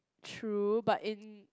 true but in